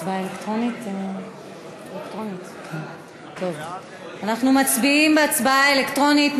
אנחנו מצביעים הצבעה אלקטרונית.